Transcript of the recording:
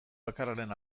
bakarraren